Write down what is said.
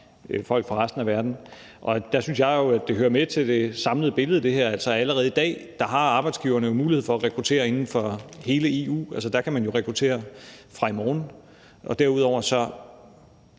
folk fra resten af verden. Og det synes jeg jo hører med til det samlede billede. Altså, allerede i dag har arbejdsgiverne jo mulighed for at rekruttere inden for hele EU – der kan man jo rekruttere fra i morgen. Derudover synes